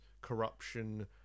corruption